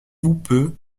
houppeux